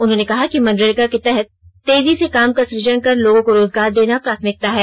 उन्होंने कहा कि मनरेगा के तहत तेजी से काम का सुजन कर लोगों को रोजगार देना प्राथमिकता है